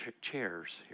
chairs